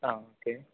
ആ ഓക്കെ